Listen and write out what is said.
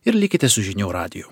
ir likite su žinių radiju